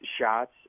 shots